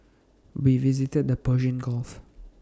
we visited the Persian gulf